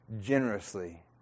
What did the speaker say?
generously